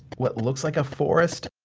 what looks like a forest?